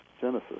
Genesis